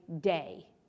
day